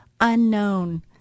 unknown